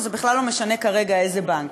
או בכלל לא משנה כרגע איזה בנק,